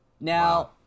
Now